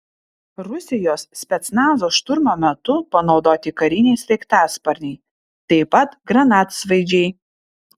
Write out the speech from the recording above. rusijos specnazo šturmo metu panaudoti kariniai sraigtasparniai taip pat granatsvaidžiai